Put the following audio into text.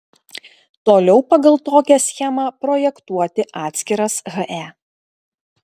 toliau pagal tokią schemą projektuoti atskiras he